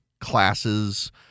classes